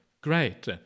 great